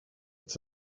its